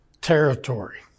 territory